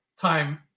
time